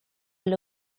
alle